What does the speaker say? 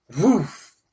woof